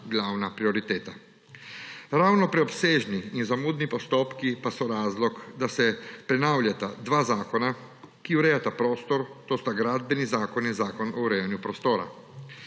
glavna prioriteta. Ravno preobsežni in zamudni postopki pa so razlog, da se prenavljata dva zakona, ki urejata prostor, to sta Gradbeni zakon in Zakon o urejanju prostora.